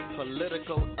political